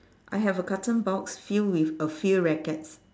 I have a carton box filled with a few rackets